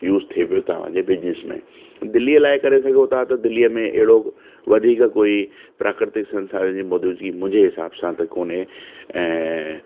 use थिए पियो तव्हांजे बिजिनिस में दिल्लीअ लाइ करे सघो था त दिल्लीअ मे अहिड़ो वधीक कोई प्राकृतिक संसाधन जी मौजूदगी मुंहिंजे हिसाब सां त कोन्हे ऐं